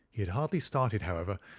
he had hardly started, however,